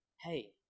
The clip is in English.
hey